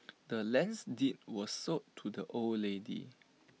the land's deed was sold to the old lady